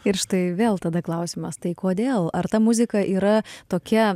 ir štai vėl tada klausimas tai kodėl ar ta muzika yra tokia